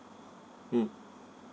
mm